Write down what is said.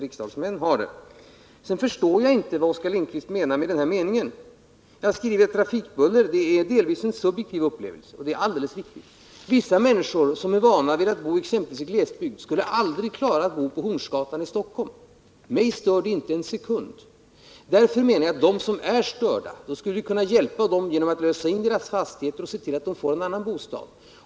Vidare förstår jag inte vad Oskar Lindkvist menar med sitt citat. Jag har skrivit att trafikbuller delvis uppfattas subjektivt. Det är alldeles riktigt. Vissa människor, som är vana vid att bo exempelvis i glesbygd, skulle aldrig klara att bo på Hornsgatan i Stockholm, men mig stör bullret där inte en sekund. Därför menar jag att vi skulle kunna hjälpa dem som är störda av bullret genom att lösa in deras fastigheter och se till att de får annan bostad.